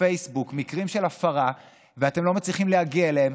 בפייסבוק מקרים של הפרה ואתם לא מצליחים להגיע אליהם,